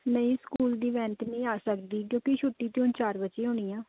ਨਹੀਂ ਸਕੂਲ ਦੀ ਵੈਨ ਤਾਂ ਨਹੀਂ ਆ ਸਕਦੀ ਕਿਉਂਕਿ ਛੁੱਟੀ ਤਾਂ ਹੁਣ ਚਾਰ ਵਜੇ ਹੋਣੀ ਆ